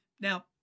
Now